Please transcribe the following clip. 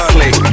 Click